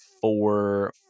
four